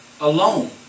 alone